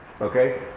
Okay